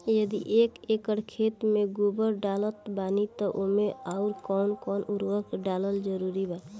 यदि एक एकर खेत मे गोबर डालत बानी तब ओमे आउर् कौन कौन उर्वरक डालल जरूरी बा?